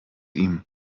ihm